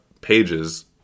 pages